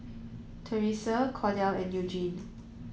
Thresa Cordell and Eugene